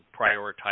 prioritize